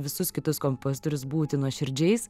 visus kitus kompozitorius būti nuoširdžiais